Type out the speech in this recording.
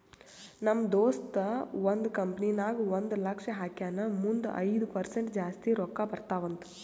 ನಮ್ ದೋಸ್ತ ಒಂದ್ ಕಂಪನಿ ನಾಗ್ ಒಂದ್ ಲಕ್ಷ ಹಾಕ್ಯಾನ್ ಮುಂದ್ ಐಯ್ದ ಪರ್ಸೆಂಟ್ ಜಾಸ್ತಿ ರೊಕ್ಕಾ ಬರ್ತಾವ ಅಂತ್